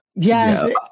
Yes